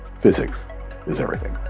physics is everything.